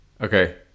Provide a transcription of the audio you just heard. Okay